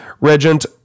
regent